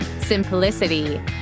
simplicity